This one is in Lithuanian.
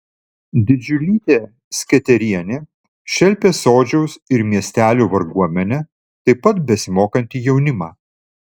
didžiulytė sketerienė šelpė sodžiaus ir miestelių varguomenę taip pat besimokantį jaunimą